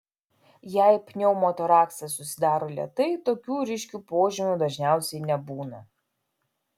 jei pneumotoraksas susidaro lėtai tokių ryškių požymių dažniausiai nebūna